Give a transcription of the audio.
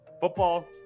football